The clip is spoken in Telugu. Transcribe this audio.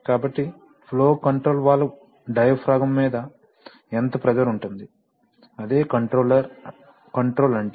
కాబట్టి ఫ్లో కంట్రోల్ వాల్వ్ డయాఫ్రాగమ్ మీద ఎంత ప్రెషర్ ఉంటుంది అదే కంట్రోల్ అంటే